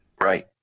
Right